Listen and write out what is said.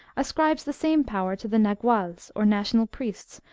ascribes the same power to the naguals, or national priests,